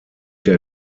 der